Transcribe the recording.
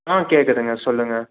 ம்ம் கேட்கறங்க சொல்லுங்கள்